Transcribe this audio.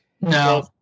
No